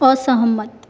असहमत